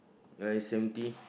ya it's empty